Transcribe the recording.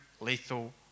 lethal